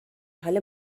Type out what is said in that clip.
حال